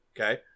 okay